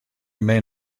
may